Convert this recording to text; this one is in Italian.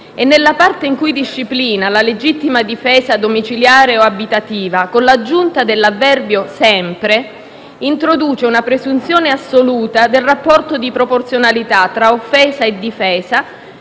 e, nella parte in cui disciplina la legittima difesa domiciliare o abitativa, con l'aggiunta dell'avverbio «sempre», introduce una presunzione assoluta del rapporto di proporzionalità tra offesa e difesa,